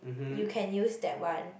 you can use that one